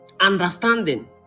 understanding